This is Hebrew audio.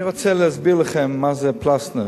אני רוצה להסביר לכם מה זה פלָסנר,